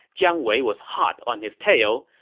jiang wei was hot on his tail,